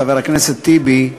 חבר הכנסת טיבי,